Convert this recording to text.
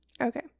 okay